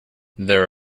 there